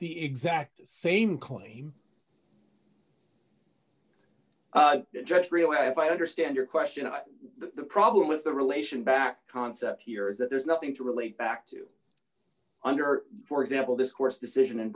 the exact same claim if i understand your question the problem with the relation back concept here is that there's nothing to relate back to under for example this court's decision